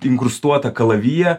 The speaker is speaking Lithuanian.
inkrustuotą kalaviją